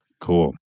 Cool